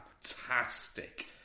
fantastic